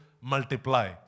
multiply